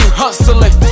hustling